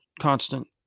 constant